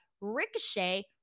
Ricochet